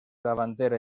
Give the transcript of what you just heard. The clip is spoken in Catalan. davantera